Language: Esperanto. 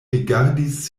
rigardis